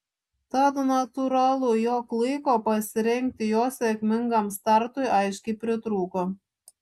tad natūralu jog laiko pasirengti jo sėkmingam startui aiškiai pritrūko